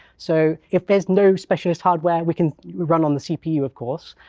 so if there's no specialist hardware, we can run on the cpu, of course,